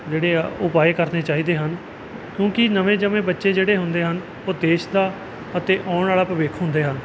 ਜਿਹੜੇ ਆ ਉਪਾਅ ਕਰਨੇ ਚਾਹੀਦੇ ਹਨ ਕਿਉਂਕਿ ਨਵੇਂ ਜੰਮੇ ਬੱਚੇ ਜਿਹੜੇ ਹੁੰਦੇ ਹਨ ਉਹ ਦੇਸ਼ ਦਾ ਅਤੇ ਆਉਣ ਵਾਲਾ ਭਵਿੱਖ ਹੁੰਦੇ ਹਨ